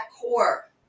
core